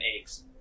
eggs